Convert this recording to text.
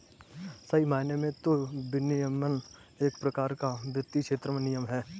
सही मायने में तो विनियमन एक प्रकार का वित्तीय क्षेत्र में नियम है